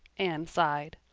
anne sighed.